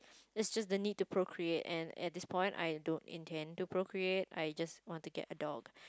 is just the need to procreate and at this point I don't intend to procreate I just want to get a dog